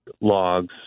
logs